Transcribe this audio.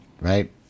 right